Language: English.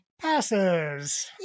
Passes